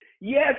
Yes